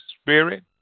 spirit